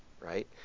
right